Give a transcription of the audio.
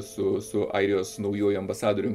su su airijos naujuoju ambasadorium